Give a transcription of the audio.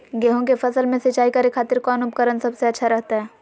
गेहूं के फसल में सिंचाई करे खातिर कौन उपकरण सबसे अच्छा रहतय?